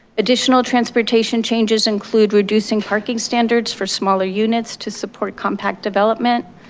additional transportation changes include reducing parking standards for smaller units to support compact development,